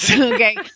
Okay